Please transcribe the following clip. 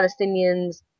Palestinians